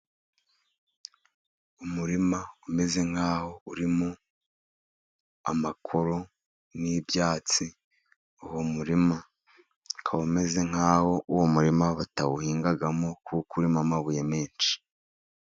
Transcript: Umurima umeze nk'aho urimo amakoro n'ibyatsi, uwo murima ukaba umeze nk'aho uwo murima batawuhingamo, kuko urimo amabuye menshi.